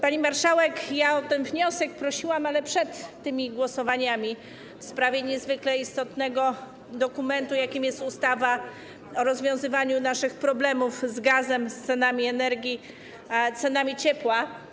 Pani marszałek, ja prosiłam o ten wniosek, ale przed tymi głosowaniami, w sprawie niezwykle istotnego dokumentu, jakim jest ustawa o rozwiązywaniu naszych problemów z gazem, z cenami energii, cenami ciepła.